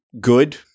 good